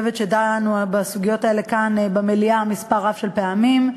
ואני חושבת שדנו בסוגיות האלה כאן במליאה מספר רב של פעמים,